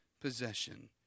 possession